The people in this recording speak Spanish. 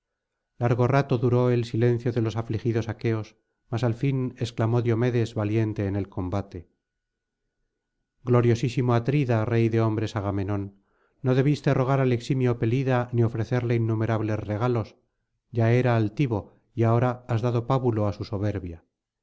largo rato duró el silencio de los afligidos aqueos mas al fin exclamó diomedes valiente en el combate gloriosísimo atrida rey de hombres agamenón no debiste rogar al eximio pelida ni ofrecerle innumerables regalos ya era altivo y ahora has dado pábulo á su soberbia